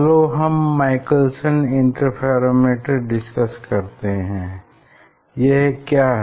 चलो हम Michelson interferometer discuss करते हैं यह क्या है